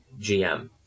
GM